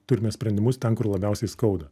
turime sprendimus ten kur labiausiai skauda